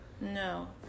No